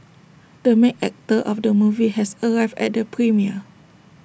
the main actor of the movie has arrived at the premiere